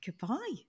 goodbye